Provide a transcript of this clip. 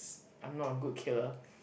I'm not a good killer